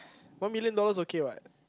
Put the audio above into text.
one million dollar is okay what